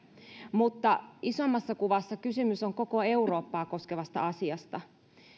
mutta isommassa kuvassa kysymys on koko eurooppaa koskevasta asiasta